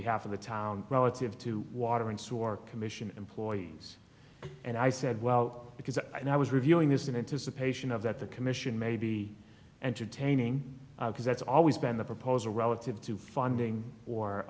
behalf of the town relative to water and sewer commission employees and i said well because i was reviewing this in anticipation of that the commission may be entertaining because that's always been the proposal relative to funding or